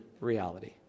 reality